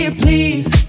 please